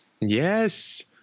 Yes